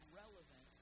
relevant